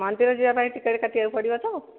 ମନ୍ଦିର ଯିବା ପାଇଁ ଟିକଟ କାଟିବାକୁ ପଡ଼ିବ ତ